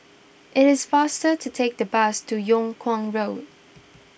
it is faster to take the bus to Yung Kuang Road